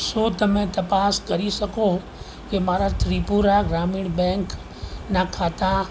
શું તમે તપાસ કરી શકો કે મારા ત્રિપુરા ગ્રામિણ બેંકના ખાતા